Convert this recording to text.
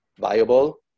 viable